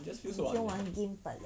你在玩 game 罢了